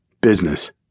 Business